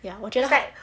ya 我觉得